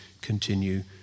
continue